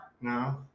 No